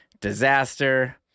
disaster